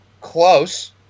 close